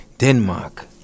Denmark